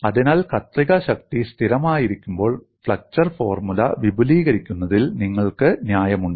അതിനാൽ കത്രിക ശക്തി സ്ഥിരമായിരിക്കുമ്പോൾ ഫ്ലെക്ചർ ഫോർമുല വിപുലീകരിക്കുന്നതിൽ നിങ്ങൾക്ക് ന്യായമുണ്ട്